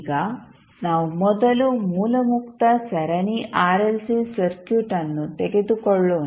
ಈಗ ನಾವು ಮೊದಲು ಮೂಲ ಮುಕ್ತ ಸರಣಿ ಆರ್ಎಲ್ಸಿ ಸರ್ಕ್ಯೂಟ್ ಅನ್ನು ತೆಗೆದುಕೊಳ್ಳೋಣ